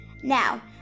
Now